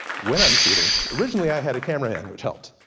when i'm shooting. originally i had a cameraman, which helped.